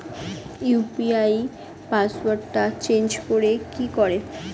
UPI পাসওয়ার্ডটা change করে কি করে?